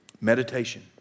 Meditation